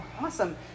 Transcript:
Awesome